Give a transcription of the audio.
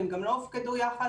הן גם לא הופקדו יחד.